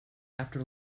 after